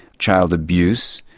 child abuse,